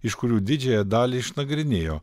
iš kurių didžiąją dalį išnagrinėjo